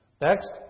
Next